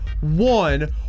one